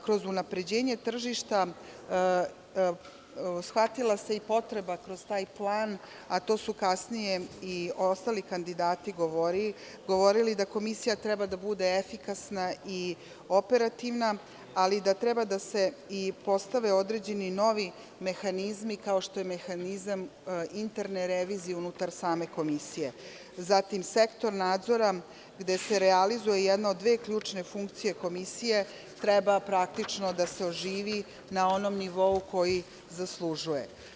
Kroz unapređenje tržišta, shvatila se i potreba kroz taj plan, a to su kasnije i ostali kandidati govorili, da Komisija treba da bude efikasna i operativna, ali da treba da se i postave određeni novi mehanizmi kao što je mehanizam interne revizije unutar same komisije, zatim Sektor nadzora, gde se realizuje jedna od dve ključne funkcije Komisije, treba praktično da se oživi na onom nivou koji zaslužuje.